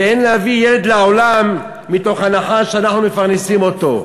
ואין להביא ילד לעולם מתוך הנחה שאנחנו מפרנסים אותו.